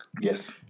Yes